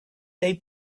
they